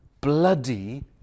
bloody